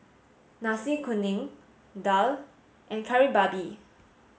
Nasi Kuning Daal and Kari Babi